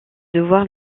devoir